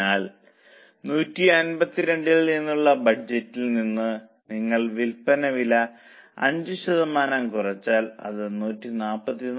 അതിനാൽ 152 ൽ നിന്നുള്ള ബഡ്ജറ്റിൽ നിന്ന് നിങ്ങൾ വിൽപ്പന വില 5 ശതമാനം കുറച്ചാൽ അത് 144